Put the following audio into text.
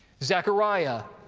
zechariah,